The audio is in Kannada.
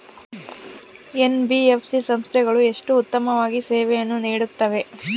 ಎನ್.ಬಿ.ಎಫ್.ಸಿ ಸಂಸ್ಥೆಗಳು ಎಷ್ಟು ಉತ್ತಮವಾಗಿ ಸೇವೆಯನ್ನು ನೇಡುತ್ತವೆ?